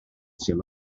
sydd